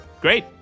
Great